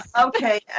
okay